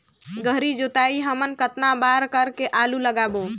गहरी जोताई हमन कतना बार कर के आलू लगाबो?